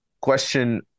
question